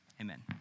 amen